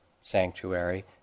sanctuary